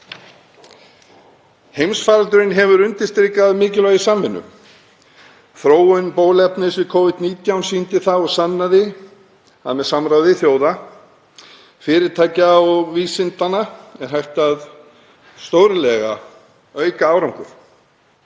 Heimsfaraldurinn hefur undirstrikað mikilvægi samvinnu. Þróun bóluefnis við Covid-19 sýndi það og sannaði að með samráði þjóða, fyrirtækja og vísinda er hægt að auka árangur